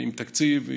עם תקציב.